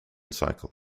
cycle